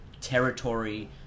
territory